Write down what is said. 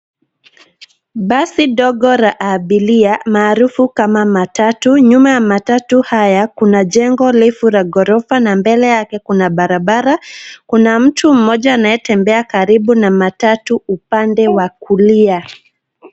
Basi dogo la abiria maarufu kama matatu. Nyuma ya matatu haya, kuna jengo refu la ghorofa na mbele yake kuna barabara. Kuna mtu mmoja anayetembea karibu na matatu upande wa kulia.